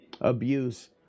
abuse